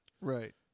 Right